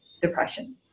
depression